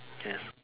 yes